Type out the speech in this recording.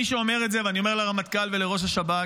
מי שאומר את זה אני אומר לרמטכ"ל ולראש השב"כ: